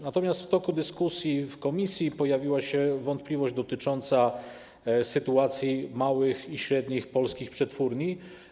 Natomiast w toku dyskusji w komisji pojawiła się wątpliwość dotycząca sytuacji małych i średnich polskich przetwórni.